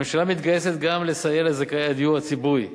הממשלה מתגייסת גם לסייע לזכאי הדיור הציבורי.